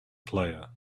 player